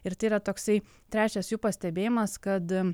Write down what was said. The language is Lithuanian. ir tai yra toksai trečias jų pastebėjimas kad